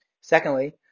Secondly